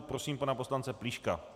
Prosím pana poslance Plíška.